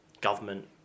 government